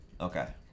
Okay